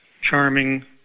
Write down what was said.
charming